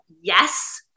Yes